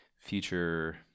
future